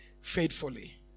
faithfully